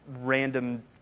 random